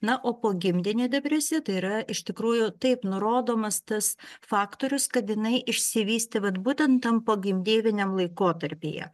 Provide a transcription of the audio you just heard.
na o pogimdyminė depresija tai yra iš tikrųjų taip nurodomas tas faktorius kad jinai išsivystė vat būtent tam pogimdyviniam laikotarpyje